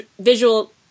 visual